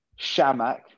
Shamak